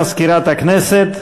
תודה למזכירת הכנסת.